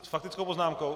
Faktickou poznámkou?